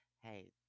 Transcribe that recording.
Hey